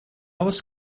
was